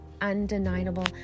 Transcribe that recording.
undeniable